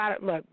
look